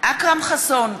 אכרם חסון,